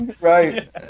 Right